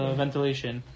ventilation